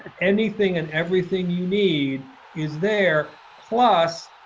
anything and everything you need is there, plus,